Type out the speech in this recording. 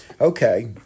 Okay